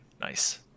Nice